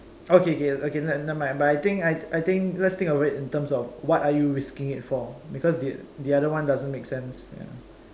oh K K okay like never mind but I think I think let's think of it in terms of what are you risking it for because the oth~ the other one doesn't make sense ya